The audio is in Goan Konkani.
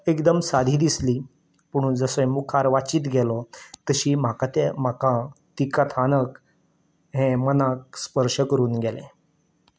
एकदम सादी दिसली पुणून जशें मुखार वाचीत गेलो तशी म्हाका ते म्हाका ती कथानक हें मनाक स्पर्श करून गेलें